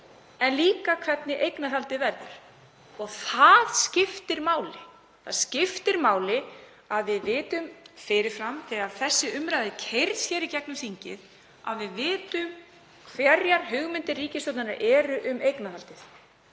og ekki hvernig eignarhaldið verður og það skiptir máli. Það skiptir máli að við vitum það fyrir fram þegar þessi umræða er keyrð í gegnum þingið, að við vitum hverjar hugmyndir ríkisstjórnarinnar eru um eignarhaldið.